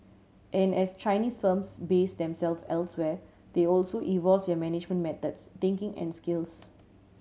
and as Chinese firms base themselves elsewhere they also evolve their management methods thinking and skills